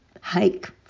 hike